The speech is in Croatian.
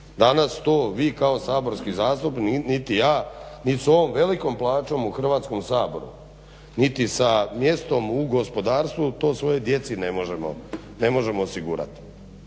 Danas to vi kao saborski zastupnik niti ja nit s ovom velikom plaćom u Hrvatskom saboru, niti sa mjestom u gospodarstvu to svojoj djeci ne možemo osigurati.